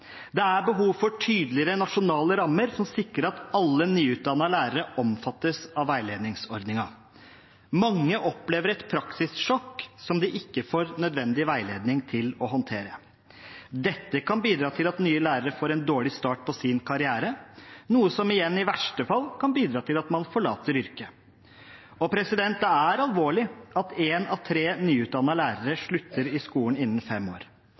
Det er behov for tydeligere nasjonale rammer som sikrer at alle nyutdannede lærere omfattes av veiledningsordningen. Mange opplever et praksissjokk, som de ikke får nødvendig veiledning til å håndtere. Dette kan bidra til at nye lærere får en dårlig start på sin karriere, noe som igjen i verste fall kan bidra til at man forlater yrket. Det er alvorlig at én av tre nyutdannede lærere slutter i skolen innen fem år.